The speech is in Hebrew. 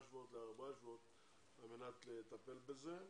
שבועות לארבעה שבועות על מנת לטפל בזה.